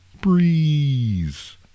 breeze